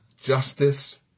justice